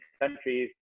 countries